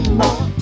more